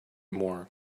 more